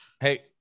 Hey